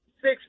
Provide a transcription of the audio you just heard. six